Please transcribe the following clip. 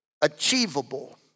achievable